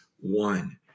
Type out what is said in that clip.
one